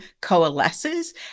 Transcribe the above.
coalesces